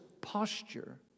posture